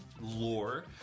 Lore